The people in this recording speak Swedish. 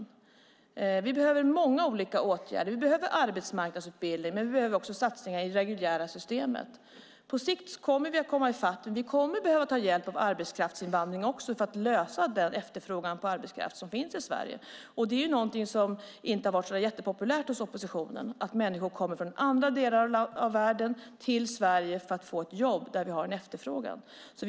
Vi behöver många olika åtgärder. Vi behöver arbetsmarknadsutbildning, men vi behöver också satsningar i det reguljära systemet. På sikt kommer vi att komma i fatt, men vi kommer också att behöva ta hjälp av arbetskraftsinvandring för att möta den efterfrågan på arbetskraft som finns i Sverige. Det är någonting som inte har varit så där jättepopulärt hos oppositionen - att människor kommer från andra delar av världen till Sverige för att få ett jobb där vi har en efterfrågan på arbetskraft.